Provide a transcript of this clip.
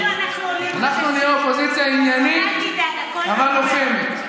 אנחנו נהיה אופוזיציה עניינית אבל לוחמת.